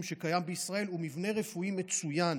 שקיים בישראל הוא מבנה רפואי מצוין,